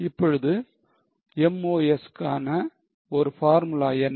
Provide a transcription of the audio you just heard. இப்பொழுது MOS கான ஒரு பார்முலா என்ன